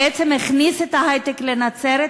בעצם הכניס את ההיי-טק לנצרת,